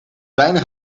bijna